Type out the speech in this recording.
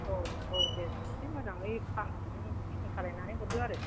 औ औ औ दे एसे मोजाङै खानानै पेकिं खालायनानै हरदो आरो